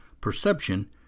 Perception